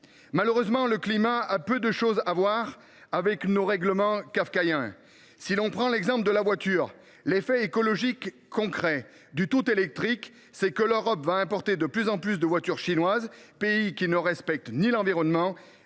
Malheureusement, le climat a peu de choses à voir avec nos règlements kafkaïens. Si l’on prend l’exemple de la voiture, l’effet écologique concret du tout électrique, c’est que l’Europe importera de plus en plus de voitures chinoises, pays qui ne respecte ni l’environnement